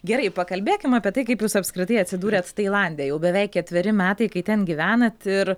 gerai pakalbėkim apie tai kaip jūs apskritai atsidūrėt tailande jau beveik ketveri metai kai ten gyvenat ir